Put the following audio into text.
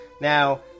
Now